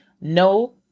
No